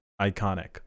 iconic